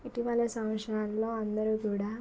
ఇటీవల సంవత్సరంలో అందరూ కూడా